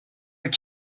were